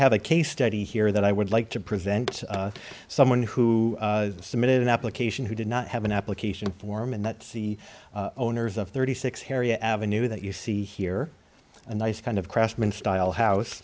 have a case study here that i would like to prevent someone who submitted an application who did not have an application form and that's the owners of thirty six harriet avenue that you see here a nice kind of craftsman style house